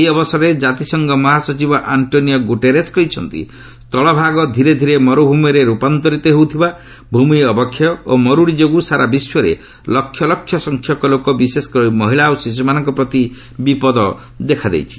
ଏହି ଅବସରରେ କାତିସଂଘ ମହାସଚିବ ଆକ୍ଷୋନିଓ ଗୁଟେରସ୍ କହିଛନ୍ତି ସ୍ଥୁଳଭାଗ ଧୀରେ ଧୀରେ ମରୁଭୂମିରେ ରୂପାନ୍ତରିତ ହେଉଥିବା ଭୂମି ଅବକ୍ଷୟ ଓ ମରୁଡ଼ି ଯୋଗୁଁ ସାରା ବିଶ୍ୱରେ ଲକ୍ଷ ଲକ୍ଷ ସଂଖ୍ୟକ ଲୋକ ବିଶେଷକରି ମହିଳା ଓ ଶିଶ୍ରମାନଙ୍କ ପ୍ରତି ବିପଦ ଦେଖାଦେଇଛି